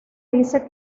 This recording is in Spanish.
dice